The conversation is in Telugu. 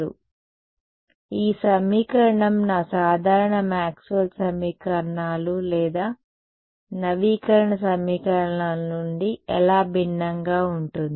కాబట్టి ఈ సమీకరణం నా సాధారణ మాక్స్వెల్ సమీకరణాలు లేదా నవీకరణ సమీకరణాల నుండి ఎలా భిన్నంగా ఉంటుంది